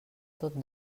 tot